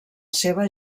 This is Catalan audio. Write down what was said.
seva